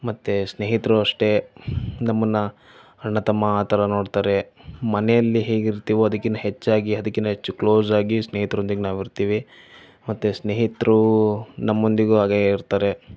ಮತ್ತು ಸ್ನೇಹಿತರೂ ಅಷ್ಟೇ ನಮ್ಮನ್ನು ಅಣ್ಣ ತಮ್ಮ ಆ ಥರ ನೋಡ್ತಾರೆ ಮನೆಯಲ್ಲಿ ಹೇಗಿರ್ತೀವೋ ಅದಕ್ಕಿನ್ನ ಹೆಚ್ಚಾಗಿ ಅದಕ್ಕಿನ್ನ ಹೆಚ್ಚು ಕ್ಲೋಸಾಗಿ ಸ್ನೇಹಿತರೊಂದಿಗೆ ನಾವು ಇರ್ತೀವಿ ಮತ್ತು ಸ್ನೇಹಿತರು ನಮ್ಮೊಂದಿಗೂ ಹಾಗೇ ಇರ್ತಾರೆ